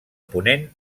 ponent